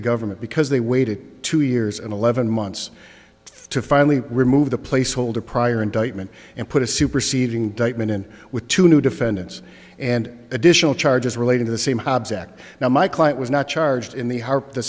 the government because they waited two years and eleven months to finally remove the placeholder prior indictment and put a superseding indictment in with two new defendants and additional charges relating to the same hobbs act now my client was not charged in the